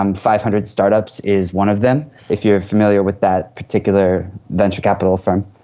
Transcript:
um five hundred startups is one of them, if you are familiar with that particular venture capital firm.